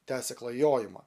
tęsia klajojimą